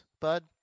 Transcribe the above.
bud